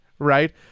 Right